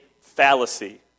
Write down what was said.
fallacy